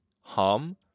hum